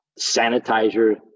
sanitizer